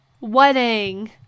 wedding